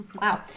Wow